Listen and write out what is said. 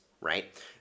right